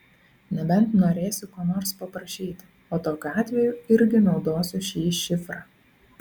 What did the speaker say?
nebent norėsiu ko nors paprašyti o tokiu atveju irgi naudosiu šį šifrą